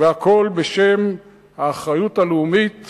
והכול בשם האחריות הלאומית